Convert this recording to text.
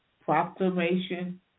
Proclamation